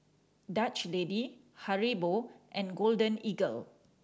Dutch Lady Haribo and Golden Eagle